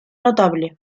notable